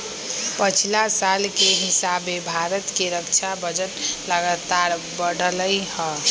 पछिला साल के हिसाबे भारत के रक्षा बजट लगातार बढ़लइ ह